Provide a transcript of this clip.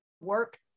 work